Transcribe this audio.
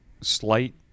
slight